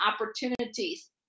opportunities